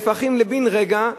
נהפכים בן-רגע,